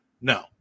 No